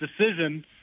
decision